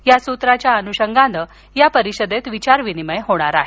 या सूत्राच्या अनुषंगानं या परिषदेत विचारविनिमय होणार आहे